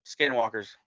skinwalkers